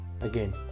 again